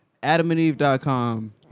AdamandEve.com